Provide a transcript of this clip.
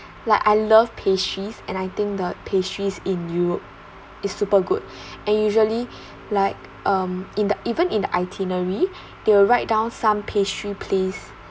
like I love pastries and I think the pastries in europe is super good and usually like um in the even in the itinerary they will write down some pastry place